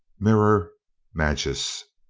miror magis.